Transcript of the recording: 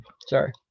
sorry